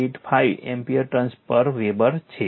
5785 ampere turns પર weber છે